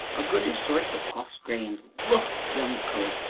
a good-ish sort, but cross-grained lord! young cove,